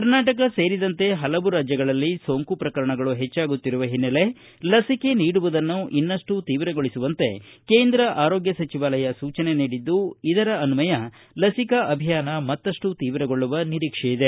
ಕರ್ನಾಟಕ ಸೇರಿದಂತೆ ಪಲವು ರಾಜ್ಯಗಳಲ್ಲಿ ಸೋಂಕು ಪ್ರಕರಣಗಳು ಹೆಚ್ಚಾಗುತ್ತಿರುವ ಹಿನ್ನೆಲೆ ಲಸಿಕೆ ನೀಡುವುದನ್ನು ಇನ್ನಷ್ಲು ತೀವ್ರಗೊಳಿಸುವಂತೆ ಕೇಂದ್ರ ಆರೋಗ್ಗ ಸಚಿವಾಲಯ ಸೂಚನೆ ನೀಡಿದ್ದು ಇದರ ಅನ್ನಯ ಲಸಿಕಾ ಅಭಿಯಾನ ಮತ್ತಷ್ಲು ತೀವ್ರಗೊಳ್ಳುವ ನಿರೀಕ್ಷೆ ಇದೆ